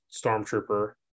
Stormtrooper